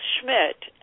Schmidt